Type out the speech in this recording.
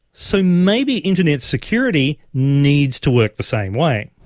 so maybe internet security needs to work the same way.